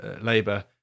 Labour